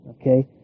okay